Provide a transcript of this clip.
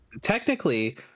Technically